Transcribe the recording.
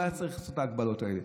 לא היה צריך לעשות את ההגבלות האלה.